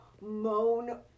moan